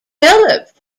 developed